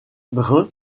dre